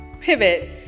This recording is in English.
pivot